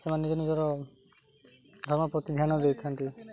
ସେମାନେ ନିଜ ନିଜର ଧର୍ମ ପ୍ରତି ଧ୍ୟାନ ଦେଇଥାନ୍ତି